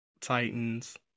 Titans